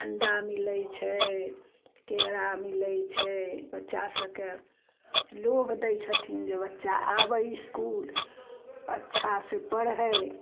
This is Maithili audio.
अंडा मिलै छै केरा मिलै छै बच्चा सबके लोभ दै छथिन जे बच्चा आबै इसकूल अच्छा से पढ़ै